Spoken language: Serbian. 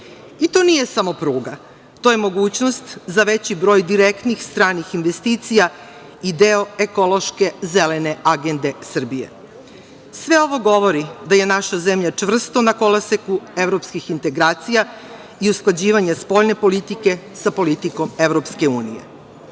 To nije samo pruga, to je mogućnost za veći broj direktnih stranih investicija i deo ekološke zelene agende Srbije. Sve ovo govori da je naša zemlja čvrsto na koloseku evropskih integracija i usklađivanje spoljne politike sa politikom EU. To nas